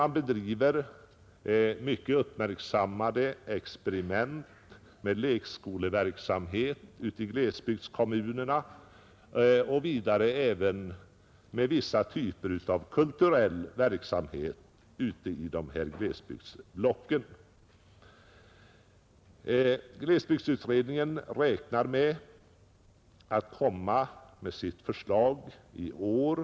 Det görs vidare mycket uppmärksammade experiment med lekskoleverksamhet och med vissa typer av kulturell verksamhet i glesbygdskommunerna. Glesbygdsutredningen räknar med att kunna framlägga sitt förslag i år.